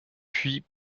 puis